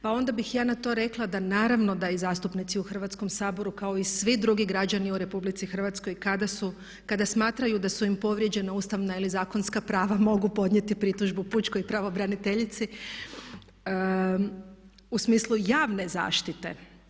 Pa onda bih ja na to rekla da naravno da i zastupnici u Hrvatskom saboru kao i svi drugi građani u Republici Hrvatskoj kada su, kada smatraju da su im povrijeđena ustavna ili zakonska prava mogu podnijeti pritužbu pučkoj pravobraniteljici u smislu javne zaštite.